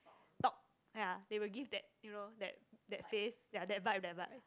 talk ya they will give that you know that that face ya that vibe that vibe